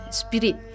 spirit